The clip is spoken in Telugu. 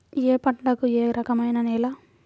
ఏ పంటకు ఏ రకమైన నేల?